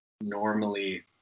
normally